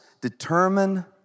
determine